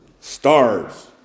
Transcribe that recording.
Stars